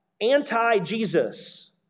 anti-Jesus